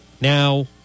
Now